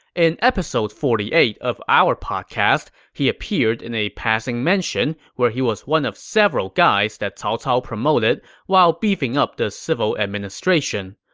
in episode forty eight of our podcast, he appeared in a passing mention where he was one of several guys that cao cao promoted while beefing up the civil administration.